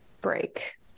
break